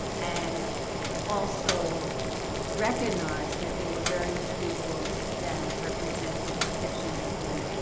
and also recognized that there were very few books that represented depictions of me.